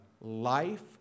life